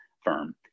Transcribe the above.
firm